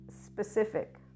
specific